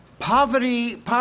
Poverty